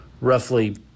roughly